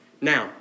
Now